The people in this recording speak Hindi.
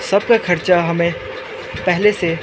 सबका खर्चा हमें पहले से